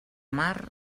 mar